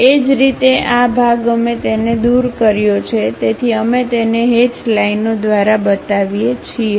એ જ રીતે આ ભાગ અમે તેને દૂર કર્યો છે તેથી અમે તેને હેચ લાઇનો દ્વારા બતાવીએ છીએ